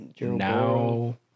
now